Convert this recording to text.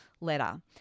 letter